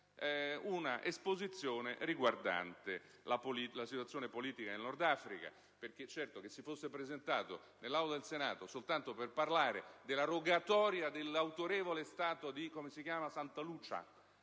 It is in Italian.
un'esposizione riguardante la situazione politica nel Nordafrica. Certo, se si fosse presentato nell'Aula del Senato soltanto per parlare della rogatoria dell'autorevole Stato di - come